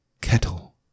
Kettle